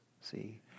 see